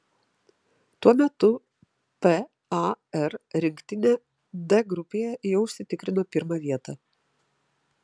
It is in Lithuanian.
tuo metu par rinktinė d grupėje jau užsitikrino pirmą vietą